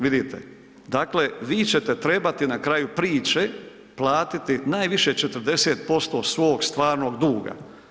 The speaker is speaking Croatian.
Vidite, dakle, vi ćete trebati na kraju priče platiti najviše 40% svog stvarnog duga.